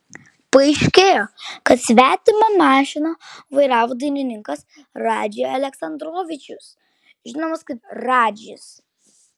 paaiškėjo kad svetimą mašiną vairavo dainininkas radži aleksandrovičius žinomas kaip radžis